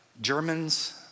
Germans